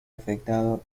afectado